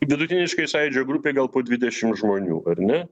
vidutiniškai sąjūdžio grupė gal po dvidešimt žmonių ar ne